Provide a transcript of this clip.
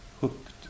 hooked